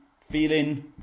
Feeling